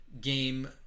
game